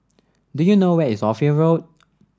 do you know where is Ophir Road